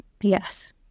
yes